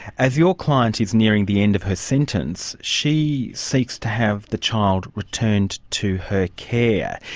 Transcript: as your client is nearing the end of her sentence, she seeks to have the child returned to her care.